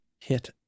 hit